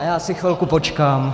A já si chvilku počkám.